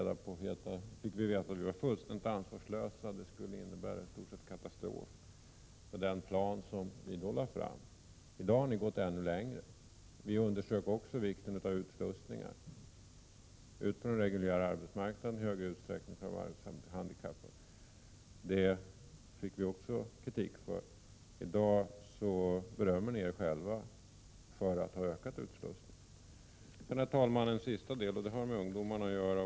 Då fick vi veta att vi var fullständigt ansvarslösa. Ett genomförande av den plan som vi då lade fram skulle i stort sett innebära en katastrof, menade man. I dag har ni gått ännu längre. När det gällde de arbetshandikappade underströk vi också vikten av utslussningar i större utsträckning på den reguljära arbetsmarknaden. Det fick vi också kritik för. I dag berömmer ni er själva för att ha ökat utslussningen. Herr talman! Ytterligare en sak. Den har också med ungdomarna att göra.